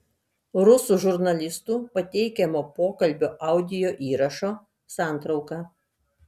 rusų žurnalistų pateikiamo pokalbio audio įrašo santrauka